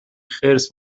خرس